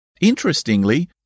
Interestingly